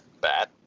Bad